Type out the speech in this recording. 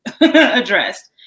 addressed